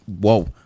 whoa